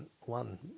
one